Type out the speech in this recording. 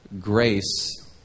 grace